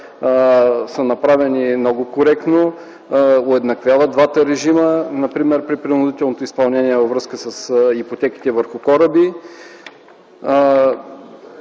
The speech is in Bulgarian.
са направени много коректно - уеднаквяват двата режима, например при принудителното изпълнение във връзка с ипотеките върху кораби.